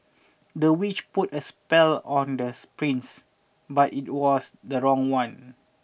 the witch put a spell on the prince but it was the wrong one